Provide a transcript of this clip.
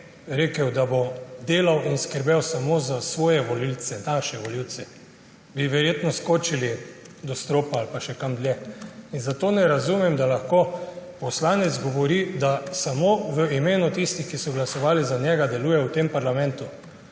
rekel, da bo delal in skrbel samo za svoje volivce, naše volivce, bi verjetno skočili do stropa ali pa še kam dlje. Zato ne razumem, da lahko poslanec govori, da samo v imenu tistih, ki so glasovali za njega, deluje v tem parlamentu.